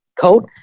coat